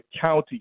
county